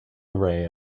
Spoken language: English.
array